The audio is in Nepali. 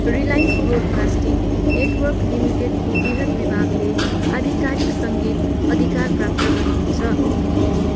रिलायन्स ब्रोडकास्टिङ नेटवर्क लिमिटेडको बृहत् विभागले आधिकारिक सङ्गीत अधिकार प्राप्त गरेको छ